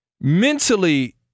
Mentally